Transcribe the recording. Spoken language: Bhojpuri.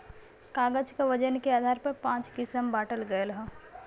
कागज क वजन के आधार पर पाँच किसम बांटल गयल हौ